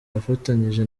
afatanyije